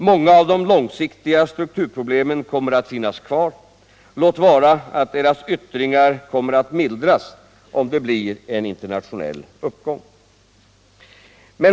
Många av de långsiktiga strukturproblemen kommer att finnas kvar, även om deras yttringar skulle komma att mildras under inflytande av en internationell uppgång.